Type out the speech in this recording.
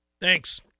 Thanks